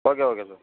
okay okay sir